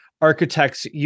Architects